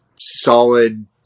solid